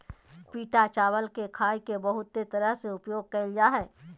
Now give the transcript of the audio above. पिटा चावल के खाय ले बहुत तरह से उपयोग कइल जा हइ